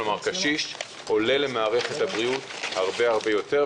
כלומר קשיש עולה למערכת הבריאות הרבה יותר,